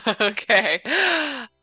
Okay